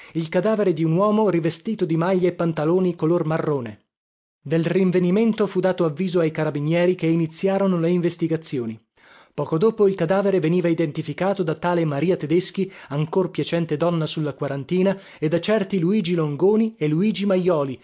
pantaloni color marrone del rinvenimento fu dato avviso ai carabinieri che iniziarono le investigazioni poco dopo il cadavere veniva identificato da tale maria tedeschi ancor piacente donna sulla quarantina e da certi luigi longoni e luigi majoli